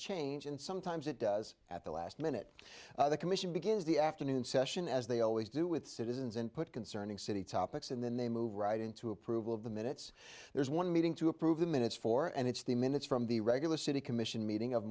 change and sometimes it does at the last minute the commission begins the afternoon session as they always do with citizens input concerning city topics and then they move right into approval of the minutes there's one meeting to approve the minutes for and it's three minutes from the regular city commission meeting of